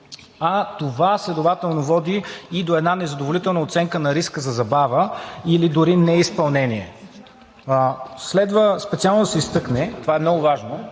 а това следователно води и до една незадоволителна оценка на риска за забава или дори неизпълнение. Следва специално да се изтъкне – това е много важно,